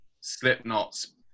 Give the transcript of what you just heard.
Slipknot's